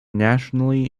nationally